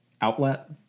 Outlet